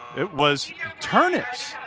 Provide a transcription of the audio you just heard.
it was yeah turnips.